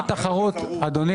אבל אם התחרות, אדוני.